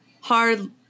Hard